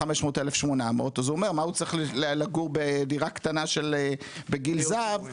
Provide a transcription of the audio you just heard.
1,500-1,800 אז הוא אומר מה הוא צריך לגור בדירה קטנה שבגיל הזהב,